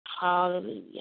Hallelujah